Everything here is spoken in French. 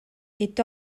est